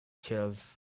chairs